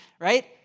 right